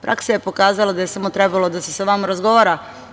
Praksa je pokazala da je samo trebalo da se sa vama razgovara.